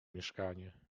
mieszkanie